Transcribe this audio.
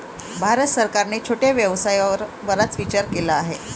भारत सरकारने छोट्या व्यवसायावर बराच विचार केला आहे